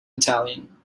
italian